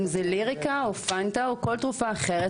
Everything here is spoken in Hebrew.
אם זה ליריקה או פנטה או כל תרופה אחרת,